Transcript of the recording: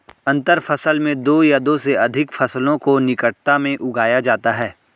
अंतर फसल में दो या दो से अघिक फसलों को निकटता में उगाया जाता है